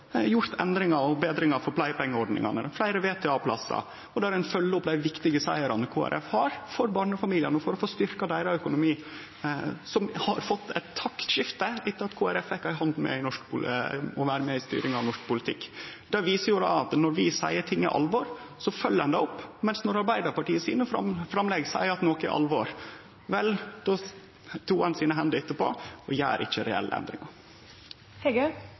gjort endringar og forbetringar i pleiepengeordninga, fleire VTA-plassar, og der ein følgjer opp dei viktige sigrane Kristeleg Folkeparti har for styrkt økonomi for barnefamiliar, som har fått eit taktskifte etter at Kristeleg Folkeparti fekk ei hand med i styringa av norsk politikk. Det viser at når vi seier at ting er alvor, så følgjer vi det opp, mens når Arbeidarpartiet med sine framlegg seier at noko er alvor, vel, då toar ein sine hender etterpå og gjer ikkje reelle